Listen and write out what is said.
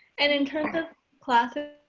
and in terms of classes,